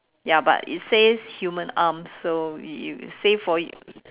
ya but it says human arms so we w~ say for it